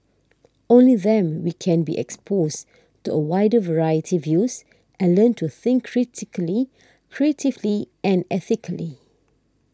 only them we can be exposed to a wider variety views and learn to think critically creatively and ethically